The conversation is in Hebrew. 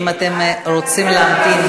אם אתם רוצים להמתין,